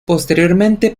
posteriormente